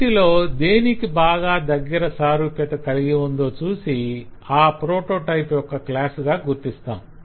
వీటిలో దేనికి బాగా దగ్గర సారూప్యత కలిగి ఉందో చూసి ఆ ప్రొటోటైప్ యొక్క క్లాసు గా గుర్తిస్తాం